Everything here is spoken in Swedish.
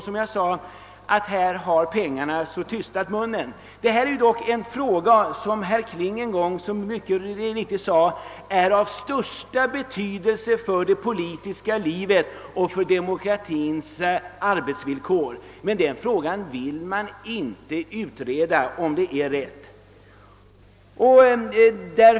Som jag sade har väl pengarna förkvävt viljan att utreda. Detta är dock en fråga, om vilken herr Kling en gång mycket riktigt sade, att den är av största betydelse för det politiska livet och för demokratins arbetsvillkor. Men om man löst den frågan på rätt sätt vill man tydligen inte ha utredning om.